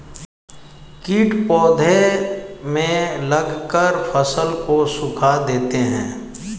कीट पौधे में लगकर फसल को सुखा देते हैं